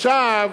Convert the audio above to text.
עכשיו,